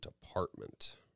department